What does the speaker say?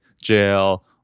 jail